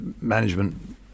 management